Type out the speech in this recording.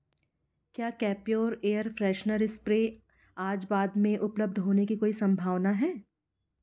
क्या Campure air freshener spray आज बाद में उपलब्ध होने की कोई संभावना है